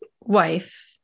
wife